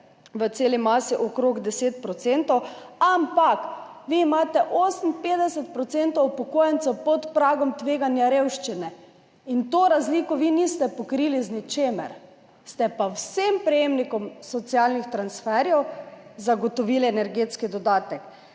v celi masi okrog 10 %, ampak vi imate 58 % upokojencev pod pragom tveganja revščine. Te razlike vi niste pokrili z ničemer. Ste pa vsem prejemnikom socialnih transferjev zagotovili energetski dodatek,